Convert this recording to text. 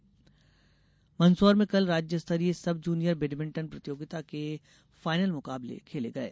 खेलकूद मंदसौर में कल राज्य स्तरीय सब जूनियर बैडमिंटन प्रतियोगिता के फायनल मुकाबले खेले गये